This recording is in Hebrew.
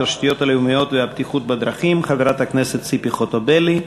התשתיות הלאומיות והבטיחות בדרכים חברת הכנסת ציפי חוטובלי.